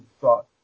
thought